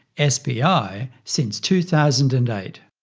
sbi, since two thousand and eight.